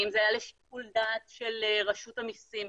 האם זה היה לשיקול דעת של רשות המסים?